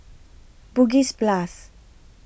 Bugis Plus